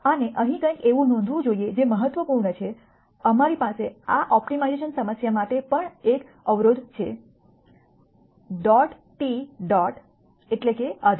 અને અહીં કંઈક એવું નોંધવું જોઈએ જે મહત્વપૂર્ણ છે અમારી પાસે આ ઓપ્ટિમાઇઝેશન સમસ્યા માટે પણ એક અવરોધ છે ડોટ ટી ડોટ એટલે કે આધીન